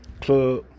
Club